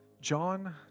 John